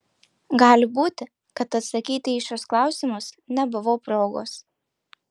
gali būti kad atsakyti į šiuos klausimus nebuvo progos